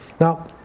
Now